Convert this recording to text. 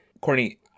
Courtney